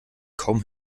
kaum